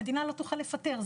המדינה לא תוכל לפטר.